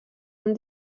amb